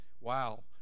Wow